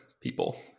people